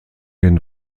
den